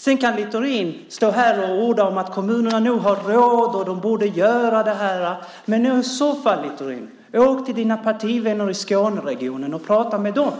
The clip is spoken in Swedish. Sedan kan Littorin stå här och orda om att kommunerna nog har råd och att de borde ha kvar dessa. Men, Littorin, åk i så fall till dina partivänner i Skåneregionen och prata med dem,